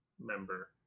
member